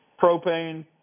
propane